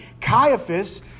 Caiaphas